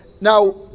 now